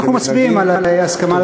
אז אנחנו מצביעים על הסכמה לסעיף הראשון.